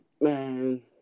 Man